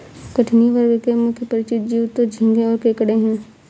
कठिनी वर्ग के मुख्य परिचित जीव तो झींगें और केकड़े हैं